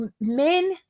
Men